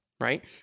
Right